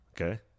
okay